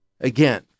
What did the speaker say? Again